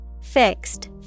Fixed